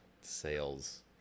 sales